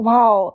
Wow